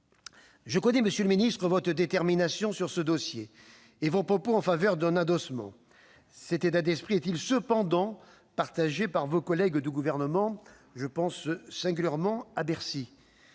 Je connais, monsieur le ministre, votre détermination sur ce dossier et vos propos en faveur d'un adossement. Cet état d'esprit est-il cependant partagé par vos collègues du Gouvernement ? Je pense plus particulièrement à Bercy.